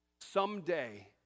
Someday